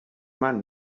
man